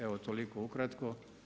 Evo, toliko ukratko.